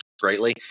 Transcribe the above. greatly